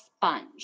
sponge